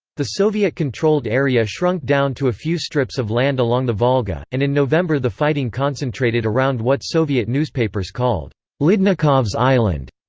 the soviet-controlled area shrunk down to a few strips of land along the volga, and in november the fighting concentrated around what soviet newspapers called lyudnikov's island,